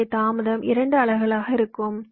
எனவே தாமதம் 2 அலகுகளாக இருக்கும்